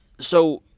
so,